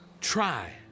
try